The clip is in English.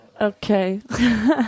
Okay